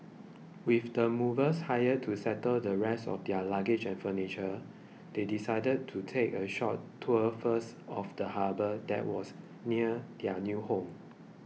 with the movers hired to settle the rest of their luggage and furniture they decided to take a short tour first of the harbour that was near their new home